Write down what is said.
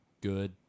good